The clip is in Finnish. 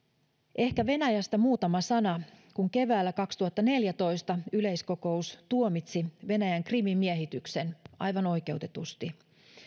ehkä venäjästä muutama sana kun keväällä kaksituhattaneljätoista yleiskokous tuomitsi venäjän krimin miehityksen aivan oikeutetusti